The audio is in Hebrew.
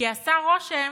כי עשה רושם